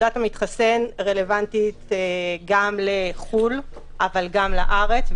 רלוונטית גם לחו"ל אבל גם לארץ.